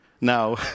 Now